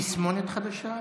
תסמונת חדשה?